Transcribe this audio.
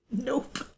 Nope